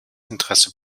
interesse